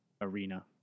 arena